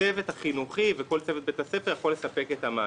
הצוות החינוכי וכל צוות בית הספר יכול לספק את המענה.